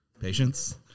Patience